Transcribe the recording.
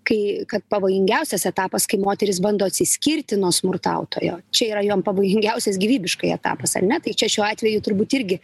kai kad pavojingiausias etapas kai moterys bando atsiskirti nuo smurtautojo čia yra jom pavojingiausias gyvybiškai etapas ar ne taip čia šiuo atveju turbūt irgi